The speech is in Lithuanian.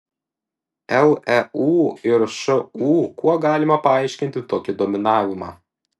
leu ir šu kuo galima paaiškinti tokį dominavimą